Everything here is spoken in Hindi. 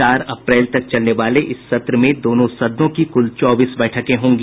चार अप्रैल तक चलने वाले इस सत्र में दोनों सदनों की कुल चौबीस बैठके होंगी